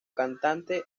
cantante